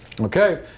Okay